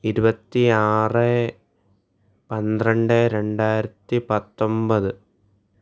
ഇരുപത്തി ആറ് പന്ത്രണ്ട് രണ്ടായിരത്തി പത്തൊമ്പത്